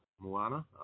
Moana